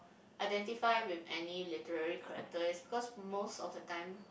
identify with any literally character is because most of the time